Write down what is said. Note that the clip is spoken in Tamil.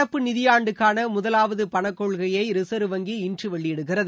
நடப்பு நிதியாண்டுக்கானமுதலாவதுபணக்கொள்கையைரிசா்வ் வங்கி இன்றுவெளியிடுகிறது